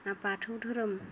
आर बाथौ धोरोम